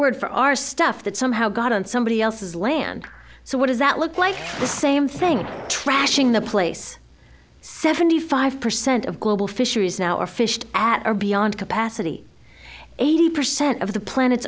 word for our stuff that somehow got on somebody else's land so what does that look like the same thing trashing the place seventy five percent of global fisheries now are fished at are beyond capacity eighty percent of the plan